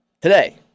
today